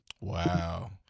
Wow